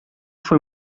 foi